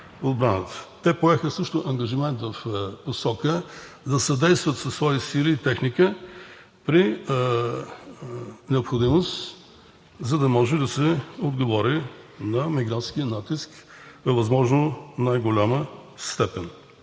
Те поеха също ангажимент в посока да съдействат със свои сили и техника при необходимост, за да може да се отговори на мигрантския натиск във възможно най-голяма степен.